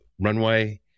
runway